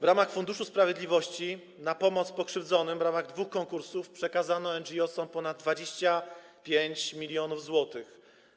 W ramach Funduszu Sprawiedliwości na pomoc pokrzywdzonym w ramach dwóch konkursów przekazano NGO-som ponad 25 mln zł.